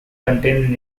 contain